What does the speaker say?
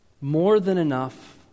more-than-enough